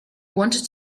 wanted